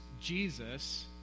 Jesus